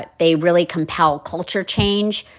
but they really compel culture change,